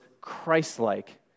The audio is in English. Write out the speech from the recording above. Christ-like